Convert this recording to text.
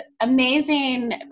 amazing